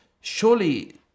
surely